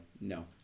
no